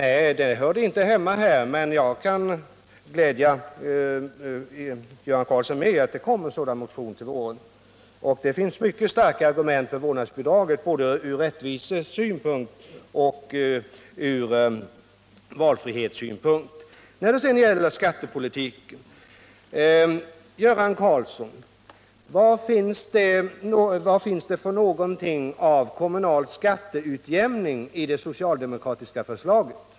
Nej, ett sådant förslag hörde inte hemma där, men jag kan glädja Göran Karlsson med att det kommer en sådan motion till våren. Det finns mycket starka argument för vårdnadsbidrag från både rättvisesynpunkt och valfrihetssynpunkt. Sedan till skattepolitiken. Vad finns det för någonting, Göran Karlsson, av kommunal skatteutjämning i det socialdemokratiska förslaget?